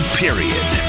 period